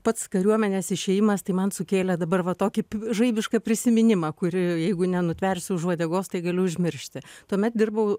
pats kariuomenės išėjimas tai man sukėlė dabar va tokį žaibišką prisiminimą kurį jeigu nenutversiu už uodegos tai galiu užmiršti tuomet dirbau